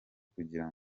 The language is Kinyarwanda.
kugira